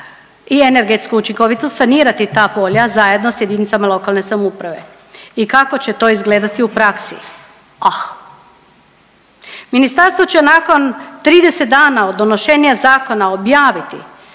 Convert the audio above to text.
i energetsku učinkovitost sanirati ta polja zajedno sa jedinicama lokalne samouprave. I kako će to izgledati u praksi? Ministarstvo će nakon 30 dana od donošenja zakona objaviti